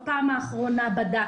בפעם האחרונה שהוא בדק,